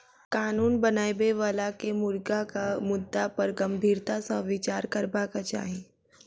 कानून बनाबय बला के मुर्गाक मुद्दा पर गंभीरता सॅ विचार करबाक चाही